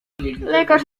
lekarz